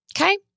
Okay